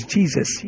Jesus